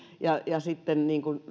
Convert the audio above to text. ja sitten